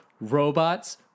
robots